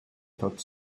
tot